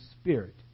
Spirit